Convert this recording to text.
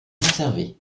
conservée